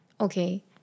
Okay